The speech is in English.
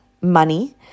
money